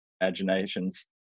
imaginations